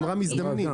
המזדמנים.